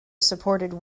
supported